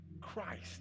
Christ